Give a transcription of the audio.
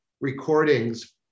recordings